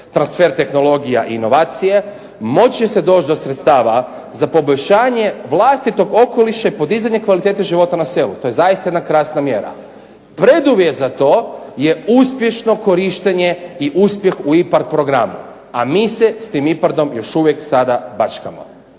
transfer tehnologija i inovacije. Moći će se doći do sredstava za poboljšanje vlastitog okoliša i podizanje kvalitete života na selu. To je zaista jedna krasna mjera. Preduvjet za to je uspješno korištenje i uspjeh u IPARD programu, a mi se s tim IPARD-om još uvijek sada baćkamo,